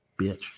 bitch